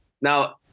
Now